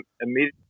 immediately